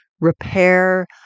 repair